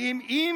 האם